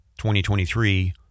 2023